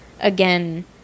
Again